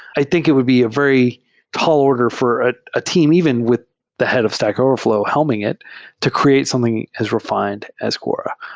i think it would be a very tall order for ah a team even with the head of stack overflow helming it to create something as refined as quora.